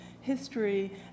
history